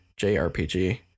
JRPG